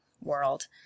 world